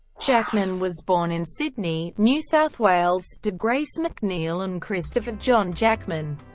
jackman was born in sydney, new south wales, to grace mcneil and christopher john jackman,